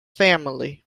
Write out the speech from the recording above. family